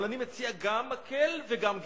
אבל אני מציע גם מקל וגם גזר.